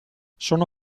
sono